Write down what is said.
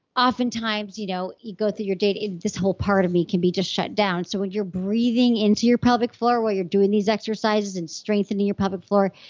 often times you know you go through your day, this whole part of me can be just shut down. so when you're breathing into your pelvic floor while you're doing these exercises and strengthening your pelvic floor,